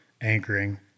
anchoring